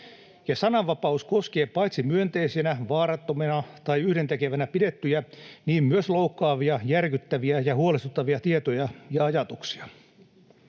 sananvapaus koskee paitsi myönteisinä, vaarattomina tai yhdentekevinä pidettyjä myös loukkaavia, järkyttäviä ja huolestuttavia tietoja ja ajatuksia.